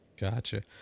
Gotcha